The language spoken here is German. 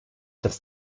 dass